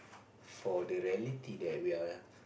for the reality that we are